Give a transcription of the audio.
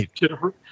Jennifer